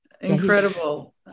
Incredible